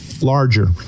larger